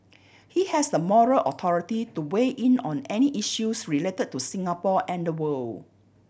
he has the moral authority to weigh in on any issues related to Singapore and the world